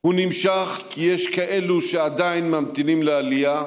הוא נמשך כי יש כאלה שעדיין ממתינים לעלייה,